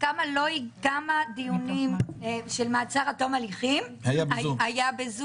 כמה דיונים של מעצר עד תום הליכים היו בזום?